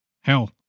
Hell